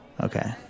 okay